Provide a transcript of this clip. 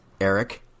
Eric